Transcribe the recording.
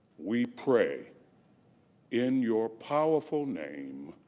we pray in your powerful name,